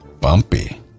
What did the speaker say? Bumpy